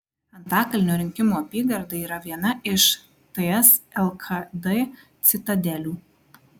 antakalnio rinkimų apygarda yra viena iš ts lkd citadelių